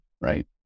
right